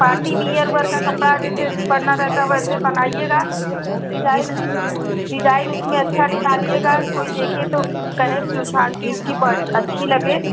party wear उवर का कपड़ा जैसे बना रहेता वैसे बनाइएगा डिजाइन डिजाइन उसमें अच्छा डालिएगा कोई देखे तो कहे कि क्वालटी उसकी अच्छी लगे